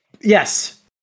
Yes